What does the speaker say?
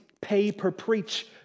pay-per-preach